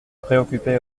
préoccupé